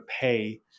pay